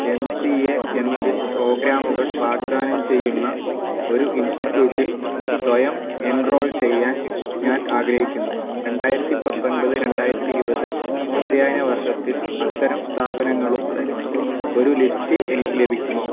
M C A എന്നതിൽ പ്രോഗ്രാമുകൾ വാഗ്ദാനം ചെയ്യുന്ന ഒരു ഇൻസ്റ്റിറ്റ്യൂട്ടിൽ സ്വയം എൻറോൾ ചെയ്യാൻ ഞാൻ ആഗ്രഹിക്കുന്നു രണ്ടായിരത്തി പത്തൊൻപത് രണ്ടായിരത്തി ഇരുപത് അധ്യയന വർഷത്തിൽ അത്തരം സ്ഥാപനങ്ങളുടെ ഒരു ലിസ്റ്റ് എനിക്ക് ലഭിക്കുമോ